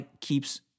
keeps